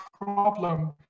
problem